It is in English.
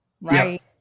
right